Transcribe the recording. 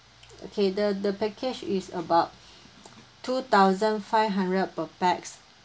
okay the the package is about two thousand five hundred per pax